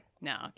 no